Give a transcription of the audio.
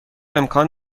امکان